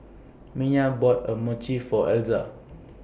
Mya bought A Mochi For Elza